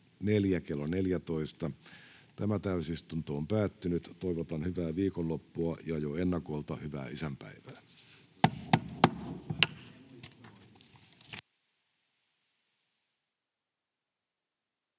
Tämä täysistunto on päättynyt. Toivotan hyvää viikonloppua ja jo ennakolta hyvää isänpäivää.